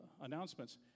announcements